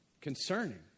concerning